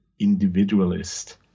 individualist